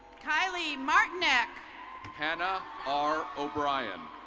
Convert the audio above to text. kyle mortnach hanna r. o'brien.